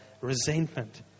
resentment